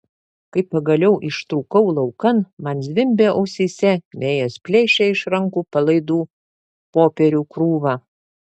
kai pagaliau ištrūkau laukan man zvimbė ausyse vėjas plėšė iš rankų palaidų popierių krūvą